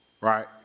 right